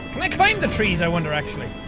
can i climb the trees? i wonder actually